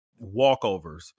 walkovers